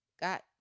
Got